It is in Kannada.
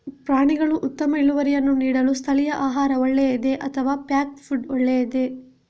ಪ್ರಾಣಿಗಳು ಉತ್ತಮ ಇಳುವರಿಯನ್ನು ನೀಡಲು ಸ್ಥಳೀಯ ಆಹಾರ ಒಳ್ಳೆಯದೇ ಅಥವಾ ಪ್ಯಾಕ್ ಫುಡ್ ಒಳ್ಳೆಯದೇ?